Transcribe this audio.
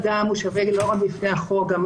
לא רק בפני החוק אלא גם